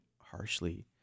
harshly